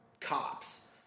cops